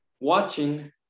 watching